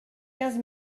quinze